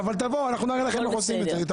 תבואו, אנחנו נראה לכם איך עושים את זה.